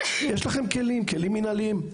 יש לכם כלים מנהליים.